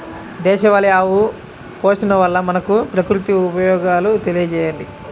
దేశవాళీ ఆవు పోషణ వల్ల మనకు, ప్రకృతికి ఉపయోగాలు తెలియచేయండి?